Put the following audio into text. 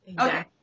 Okay